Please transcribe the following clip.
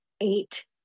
eight